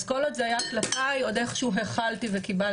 אז כל עוד זה היה כלפיי עוד איכשהו הכלתי וקיבלתי,